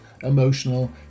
emotional